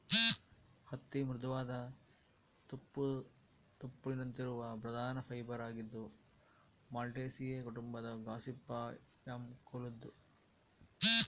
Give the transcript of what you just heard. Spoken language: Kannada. ಹತ್ತಿ ಮೃದುವಾದ ತುಪ್ಪುಳಿನಂತಿರುವ ಪ್ರಧಾನ ಫೈಬರ್ ಆಗಿದ್ದು ಮಾಲ್ವೇಸಿಯೇ ಕುಟುಂಬದ ಗಾಸಿಪಿಯಮ್ ಕುಲದ್ದು